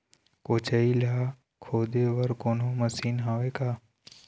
कोचई ला खोदे बर कोन्हो मशीन हावे का?